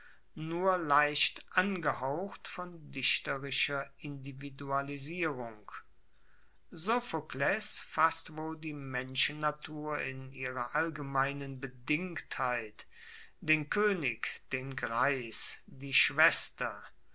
nur leicht angehaucht von dichterischer individualisierung sophokles fasst wohl die menschennatur in ihrer allgemeinen bedingtheit den koenig den greis die schwester